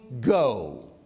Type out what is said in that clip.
go